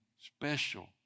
special